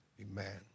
amen